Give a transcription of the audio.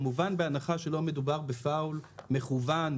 כמובן בהנחה שלא מדובר בפאוול מכוון,